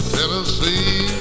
Tennessee